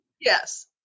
Yes